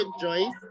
Joyce